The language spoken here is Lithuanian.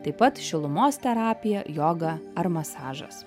taip pat šilumos terapija joga ar masažas